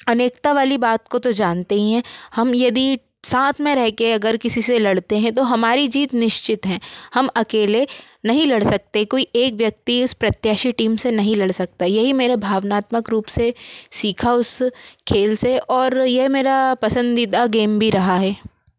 अनेकता वाली बात को तो जानते ही है हम यदि साथ मे रह के अगर किसी से लड़ते हैं तो हमारी जीत निश्चित है हम अकेले नहीं लड़ सकते कोई एक व्यक्ति उस प्रत्याशी टीम से नहीं लड़ सकता यही मेरा भावनात्मक रूप से सीखा उस खेल से और ये मेरा पसंदीदा गेम भी रहा है